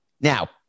Now